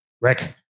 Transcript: Rick